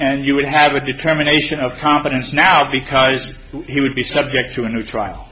and you would have a determination of competence now because he would be subject to a new trial